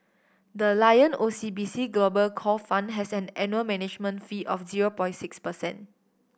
the Lion O C B C Global Core Fund has an annual management fee of zero point six percent